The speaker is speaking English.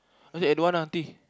I say don't want ah aunty